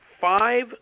five